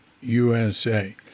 USA